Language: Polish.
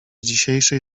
dzisiejszej